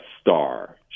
star